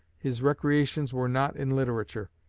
his recreations were not in literature.